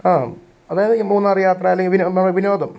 ആ അതായത് ഈ മൂന്നാറ് യാത്ര അല്ലെങ്കിൽ വിനോദം